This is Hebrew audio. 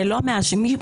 זה לא משהו חדש,